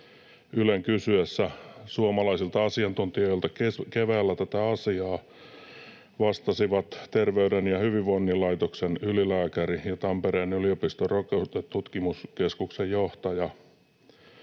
Ylen kysyessä suomalaisilta asiantuntijoilta keväällä tätä asiaa, vastasivat Terveyden ja hyvinvoinnin laitoksen ylilääkäri ja Tampereen yliopiston Rokotetutkimuskeskuksen johtaja